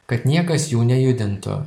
kad niekas jų nejudintų